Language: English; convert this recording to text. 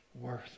worth